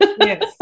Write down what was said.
Yes